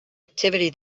activity